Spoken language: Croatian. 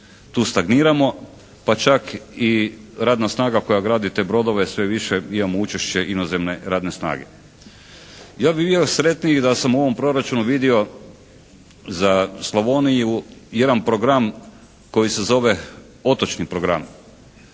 tu stagniramo. Pa čak i radna snaga koja gradi te brodove sve više imamo učešće inozemne radne snage. Ja bih bio sretniji da sam u ovom proračunu vidio za Slavoniju jedan program koji se zove "Otočni program".